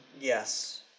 Yes